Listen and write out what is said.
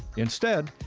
instead,